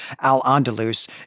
Al-Andalus